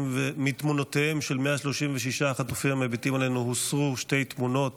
מתמונותיהם של 136 החטופים המביטים עלינו הוסרו שתי תמונות,